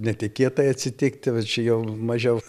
netikėtai atsitikti va čia jau mažiau